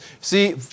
See